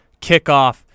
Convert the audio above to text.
kickoff